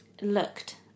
looked